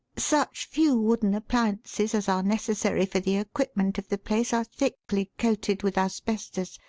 such few wooden appliances as are necessary for the equipment of the place are thickly coated with asbestos.